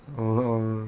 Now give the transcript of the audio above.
orh